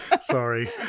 Sorry